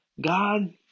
God